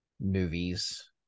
movies